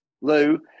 Lou